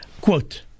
quote